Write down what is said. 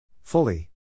Fully